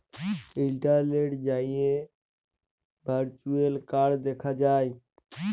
ইলটারলেটে যাঁয়ে virtual card দ্যাখা যায়